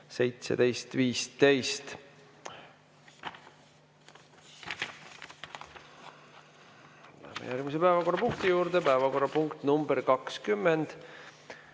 17.15.